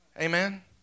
Amen